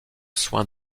soin